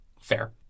Fair